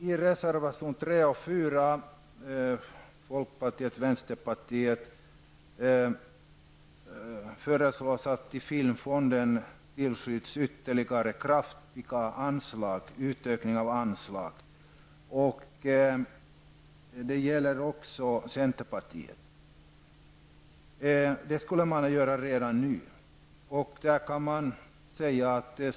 I reservation nr 3 från folkpartiet och vänsterpartiet och reservation nr 4 från centerpartiet föreslås en utökning av anslaget till filmfonden. Det skulle man göra redan nu.